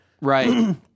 Right